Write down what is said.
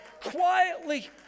Quietly